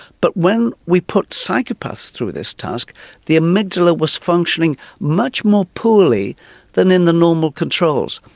but when we put psychopaths through this task the amygdala was functioning much more poorly than in the normal controls.